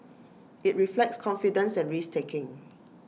IT reflects confidence and risk taking